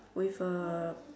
with a